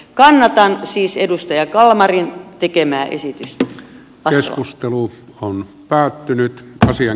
kannatan siis edustaja kalmarin tekemää esitystä vastalausetta